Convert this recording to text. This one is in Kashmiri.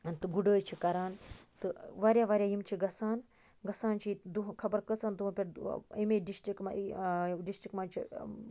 تہٕ گُڑٲے چھِ کَران تہٕ واریاہ واریاہ یِم چھِ گَژھان گَژھان چھ ییٚتہِ دۄہہ خَبَر کٔژَن دوہَن پیٚٹھ امے ڈِشٹِک مَنٛزِ ڈِشٹِک مَنٛزِ چھُ